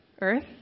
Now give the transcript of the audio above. earth